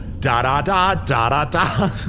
Da-da-da-da-da-da